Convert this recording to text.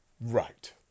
Right